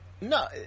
No